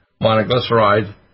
monoglyceride